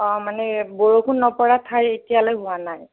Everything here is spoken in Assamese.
মানে বৰষুণ নপৰা ঠাই এতিয়ালৈ হোৱা নাই